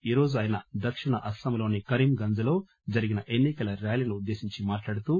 ఈరోజు ఆయన దక్షిణ అస్పాంలోని కరీంగంజ్ లో జరిగిన ఎన్నికల ర్యాలీని ఉద్దేశించి మాట్లాడుతూ